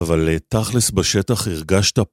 ‫אבל תכלס בשטח הרגשת...